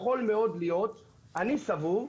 ואני סבור,